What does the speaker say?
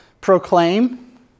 Proclaim